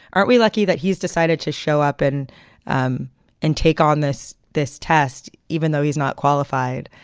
aren't we lucky that he's decided to show up and um and take on this this test, even though he's not qualified?